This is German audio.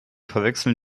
verwechseln